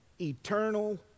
eternal